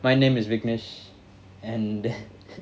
my name is viknesh and